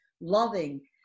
loving